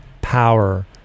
power